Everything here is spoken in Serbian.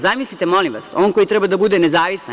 Zamislite, molim vas, on koji treba da bude nezavisan?